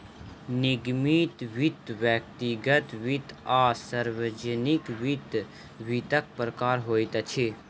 निगमित वित्त, व्यक्तिगत वित्त आ सार्वजानिक वित्त, वित्तक प्रकार होइत अछि